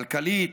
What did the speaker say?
כלכלית,